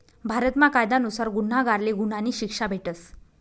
भारतमा कायदा नुसार गुन्हागारले गुन्हानी शिक्षा भेटस